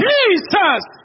Jesus